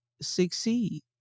succeed